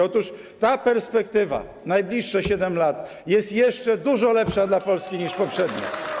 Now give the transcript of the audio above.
Otóż ta perspektywa, najbliższe 7 lat, jest dużo lepsza dla Polski niż poprzednia.